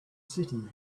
city